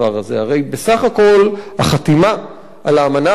הרי בסך הכול החתימה על האמנה הבין-לאומית